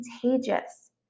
contagious